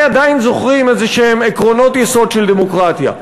עדיין זוכרים איזשהם עקרונות יסוד של דמוקרטיה,